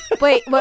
wait